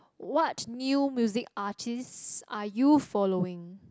what new music artist are you following